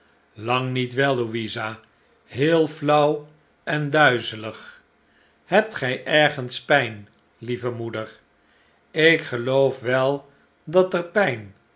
lang niet wel louisa heel flauw en duizelig hebt gij ergens pijn lieve moeder ik geloof wel dat er pijn